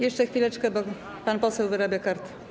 Jeszcze chwileczkę, bo pan poseł wyrabia kartę.